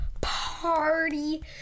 party